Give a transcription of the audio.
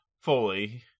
fully